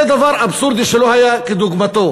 זה דבר אבסורדי שלא היה כדוגמתו.